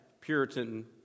Puritan